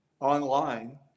online